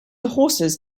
horses